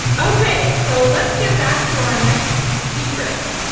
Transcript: okay so let's get back to our next secret.